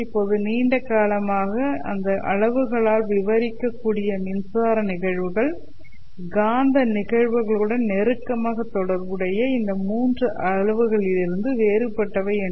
இப்போது நீண்ட காலமாக இந்த அளவுகளால் விவரிக்கக்கூடிய மின்சார நிகழ்வுகள் காந்த நிகழ்வுகளுடன் நெருக்கமாக தொடர்புடைய இந்த மூன்று அளவுகளிலிருந்து வேறுபட்டவை என்று